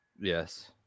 Yes